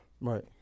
Right